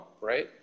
right